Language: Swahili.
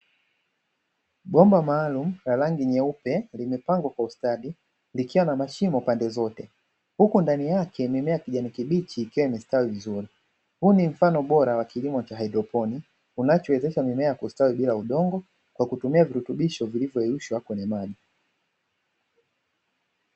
Bomba maalumu la rangi nyeupe limepangwa kwa ustadi likiwa na mashimo pande zote huko ndani yake mimea kijani kibichi, ikiwa imestawi vizuri huu ni mfano bora wa kilimo haidroponi unachowezesha mimea ya kustawi bila udongo kwa kutumia virutubisho vilivyoyeyushwa kwenye maji.